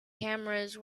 cameras